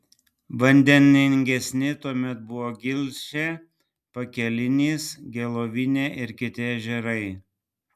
vandeningesni tuomet buvo gilšė pakelinis gelovinė ir kiti ežerai